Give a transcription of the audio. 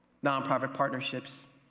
non-profit partnerships